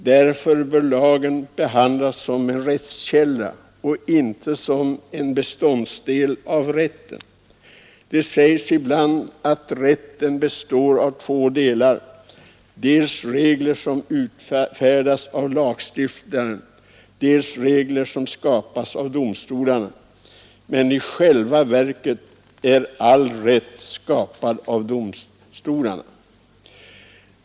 Därför bör lagen behandlas som en rättskälla och inte som en beståndsdel av rätten. Det sägs ibland att rätten består av två delar — dels regler som utfärdas av lagstiftaren, dels regler som skapas av domstolarna. Men i själva verket är all rätt skapad av domstolarna.